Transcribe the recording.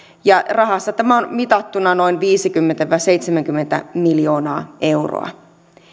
ja rahassa mitattuna noin viisikymmentä viiva seitsemänkymmentä miljoonaa euroa